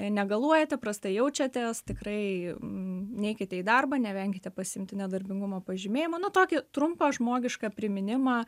negaluojate prastai jaučiatės tikrai neikite į darbą nevenkite pasiimti nedarbingumo pažymėjimą na tokį trumpą žmogišką priminimą